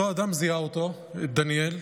אותו אדם זיהה אותו, את דניאל,